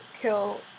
kill